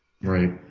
Right